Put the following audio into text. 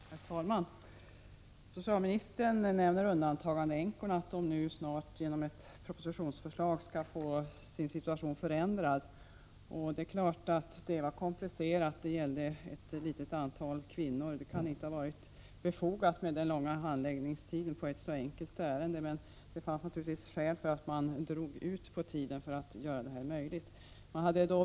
Herr talman! Socialministern sade att undantagandeänkorna genom en proposition kommer att få sin situation förändrad. Det tycks ha varit en komplicerad fråga. Det gäller emellertid ett litet antal kvinnor och ett enkelt ärende, varför det inte kan ha varit nödvändigt med en så lång handläggningstid. Det fanns naturligtvis skäl att låta det hela dra ut på tiden.